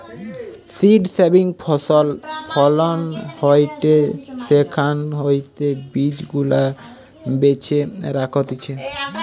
seed saving ফসল ফলন হয়টে সেখান হইতে বীজ গুলা বেছে রাখতিছে